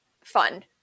fun